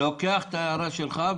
אני לוקח את ההערה שלך,